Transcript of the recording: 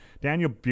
Daniel